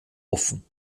offen